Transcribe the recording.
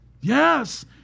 Yes